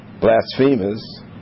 blasphemers